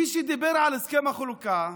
מי שדיבר על הסכם החלוקה,